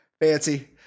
Fancy